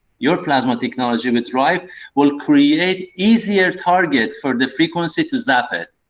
your plasma technology, with rife will create easier target for the frequency to zap it.